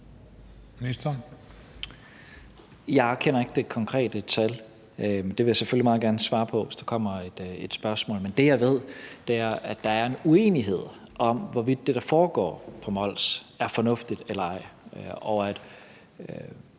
Jeg kender ikke det konkrete tal, men jeg vil selvfølgelig gerne svare på det, hvis der kommer et spørgsmål. Men det, jeg ved, er, at der er en uenighed om, hvorvidt det, der foregår på Mols, er fornuftigt eller ej, og at